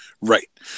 Right